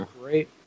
great